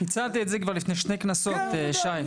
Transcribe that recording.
הצעתי את זה כבר לפני שתי כנסות, שי.